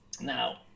Now